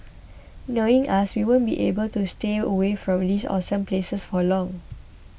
knowing us we won't be able to stay away from these awesome places for long